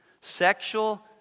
Sexual